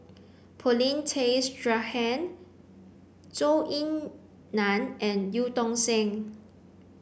Paulin Tay Straughan Zhou Ying Nan and Eu Tong Sen